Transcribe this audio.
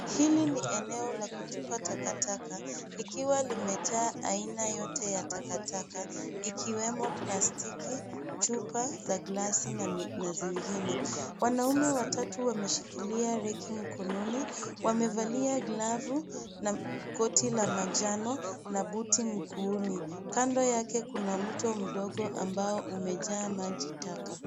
Hili ni eneo la kutupa takataka. Likiwa limejaa aina yote ya takataka, ikiwemo plastiki, chupa za glasi na zingine. Wanaume watatu wameshikilia rekii mkononi. Wamevalia glavu na koti la manjano na buti mguuni. Kando yake kuna mto mdogo ambao umejaa maji taka.